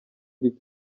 iri